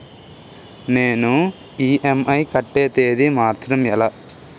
నేను ఇ.ఎం.ఐ కట్టే తేదీ మార్చడం ఎలా?